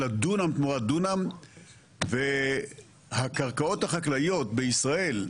אלא דונם תמורת דונם והקרקעות החקלאיות בישראל,